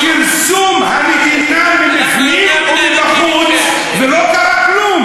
כרסום המדינה מבפנים ומבחוץ, ולא קרה כלום.